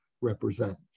represent